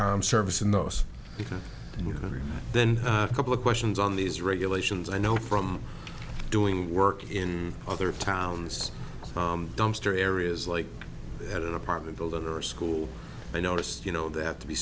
he's service in those three then a couple of questions on these regulations i know from doing work in other towns dumpster areas like at an apartment building or a school i noticed you know that to be